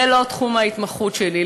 זה לא תחום ההתמחות שלי,